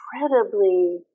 incredibly